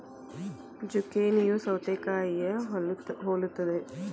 ಜುಕೇನಿಯೂ ಸೌತೆಕಾಯಿನಾ ಹೊಲುತ್ತದೆ